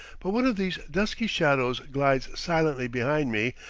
but one of these dusky shadows glides silently behind me,